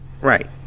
Right